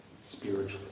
spiritually